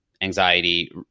anxiety